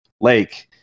lake